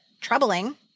troubling